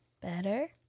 better